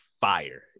fire